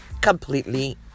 completely